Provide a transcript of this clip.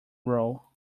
role